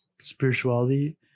spirituality